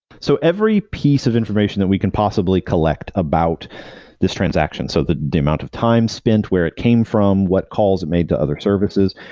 so every piece of information that we can possibly collect about this transaction, so the the amount of time spent where it came from, what calls it made to other services,